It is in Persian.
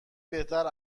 بهتر